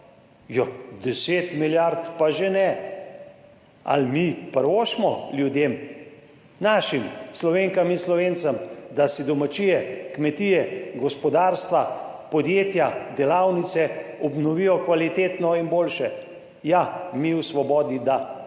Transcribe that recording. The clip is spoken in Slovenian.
deset milijard pa že ne. Ali mi privoščimo ljudem, našim Slovenkam in Slovencem, da si domačije, kmetije, gospodarstva, podjetja, delavnice obnovijo kvalitetno in boljše. Ja, mi v Svobodi da,